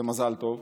במזל טוב,